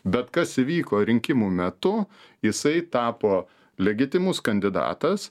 bet kas įvyko rinkimų metu jisai tapo legitimus kandidatas